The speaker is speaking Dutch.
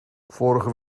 vorige